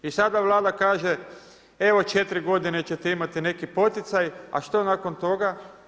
I sada Vlada kaže, evo 4 g. ćete imati neki poticaj, a što nakon toga?